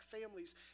families